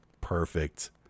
Perfect